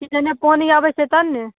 की जने पानि आबैत छै तन्ने